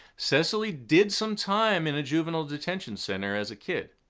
cecily did some time in a juvenile detention center as a kid,